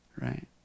right